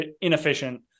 inefficient